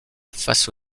face